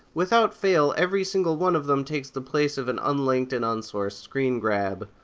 without fail, every single one of them takes the place of an unlinked and unsourced screengrab.